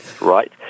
Right